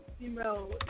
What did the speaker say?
female